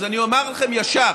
אז אני אומר לכם ישר: